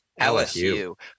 LSU